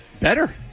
better